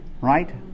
Right